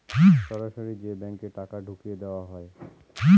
সরাসরি যে ব্যাঙ্কে টাকা ঢুকিয়ে দেওয়া হয়